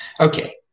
Okay